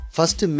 First